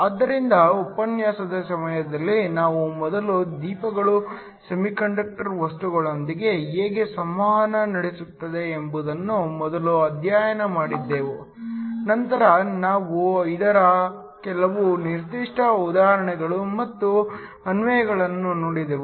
ಆದ್ದರಿಂದ ಉಪನ್ಯಾಸದ ಸಮಯದಲ್ಲಿ ನಾವು ಮೊದಲು ದೀಪಗಳು ಸೆಮಿಕಂಡಕ್ಟರ್ ವಸ್ತುಗಳೊಂದಿಗೆ ಹೇಗೆ ಸಂವಹನ ನಡೆಸುತ್ತವೆ ಎಂಬುದನ್ನು ಮೊದಲು ಅಧ್ಯಯನ ಮಾಡಿದೆವು ನಂತರ ನಾವು ಇದರ ಕೆಲವು ನಿರ್ದಿಷ್ಟ ಉದಾಹರಣೆಗಳು ಮತ್ತು ಅನ್ವಯಗಳನ್ನು ನೋಡಿದೆವು